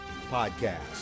podcast